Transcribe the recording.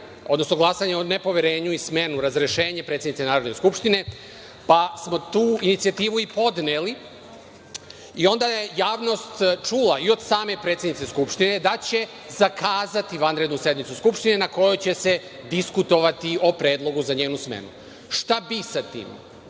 odnosno glasanje o nepoverenju i smenu, razrešenje predsednice Narodne skupštine, pa smo tu inicijativu i podneli i onda je javnost čula i od same predsednice Skupštine da će zakazati vanrednu sednicu Skupštine na kojoj će se diskutovati o predlogu za njenu smenu. Šta bi sa tim?